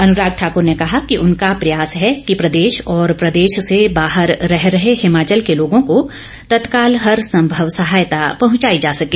अनुराग ठाकर ने कहा कि उनका प्रयास है कि प्रदेश और प्रदेश से बाहर रह रहे हिमाचल के लोगों को तत्काल हर संभव सहायता पह चाई जा सके